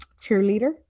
cheerleader